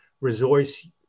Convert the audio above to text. resource